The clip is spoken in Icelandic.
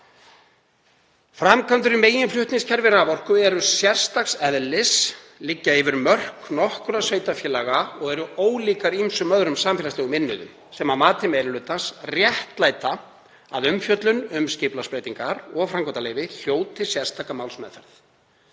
Framkvæmdir við meginflutningskerfi raforku eru sérstaks eðlis, liggja yfir mörk nokkurra sveitarfélaga og eru ólíkar ýmsum öðrum samfélagslegum innviðum, sem að mati meiri hlutans réttlæta að umfjöllun um skipulagsbreytingar og framkvæmdaleyfi hljóti sérstaka málsmeðferð.